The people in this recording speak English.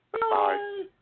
Bye